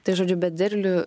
tai žodžiu bet derlių